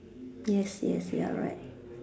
yes yes you're right